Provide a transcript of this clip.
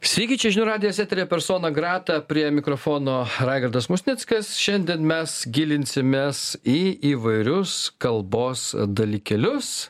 sveiki čia žinių radijas eteryje persona grata prie mikrofono raigardas musnickas šiandien mes gilinsimės į įvairius kalbos dalykėlius